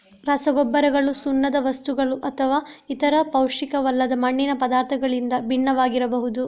ರಸಗೊಬ್ಬರಗಳು ಸುಣ್ಣದ ವಸ್ತುಗಳುಅಥವಾ ಇತರ ಪೌಷ್ಟಿಕವಲ್ಲದ ಮಣ್ಣಿನ ಪದಾರ್ಥಗಳಿಂದ ಭಿನ್ನವಾಗಿರಬಹುದು